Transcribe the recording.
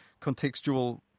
contextual